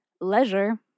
leisure